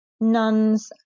Nuns